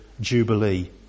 Jubilee